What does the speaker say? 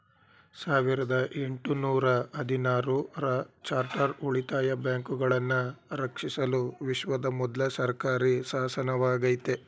ಸಾವಿರದ ಎಂಟು ನೂರ ಹದಿನಾರು ರ ಚಾರ್ಟರ್ ಉಳಿತಾಯ ಬ್ಯಾಂಕುಗಳನ್ನ ರಕ್ಷಿಸಲು ವಿಶ್ವದ ಮೊದ್ಲ ಸರ್ಕಾರಿಶಾಸನವಾಗೈತೆ